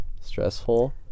stressful